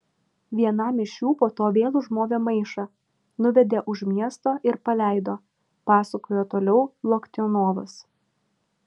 vienam iš jų po to vėl užmovė maišą nuvedė už miesto ir paleido pasakojo toliau loktionovas